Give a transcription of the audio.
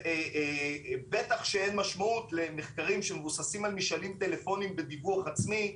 ובטח שאין משמעות למחקרים שמבוססים על משאלים טלפוניים בדיווח עצמי,